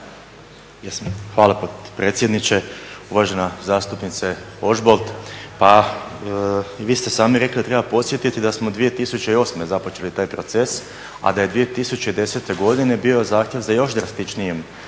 Hvala potpredsjedniče. Uvažena zastupnice Ožbolt, pa vi ste sami rekli da treba podsjetiti da smo 2008.započeli taj proces, a da je 2010.godine bio zahtjev za još drastičnijim